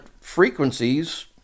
frequencies